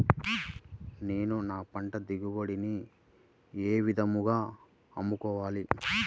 నేను నా పంట దిగుబడిని ఏ విధంగా అమ్ముకోవాలి?